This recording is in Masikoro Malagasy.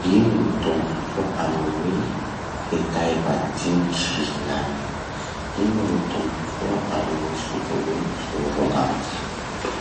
Ino gny tombotsoa amy gny hitay madiniky fihinana? Ino ny tombotsoa amy gny sotrorovitry noho gantsy?